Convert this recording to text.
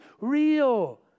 real